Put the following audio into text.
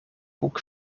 boek